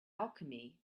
alchemy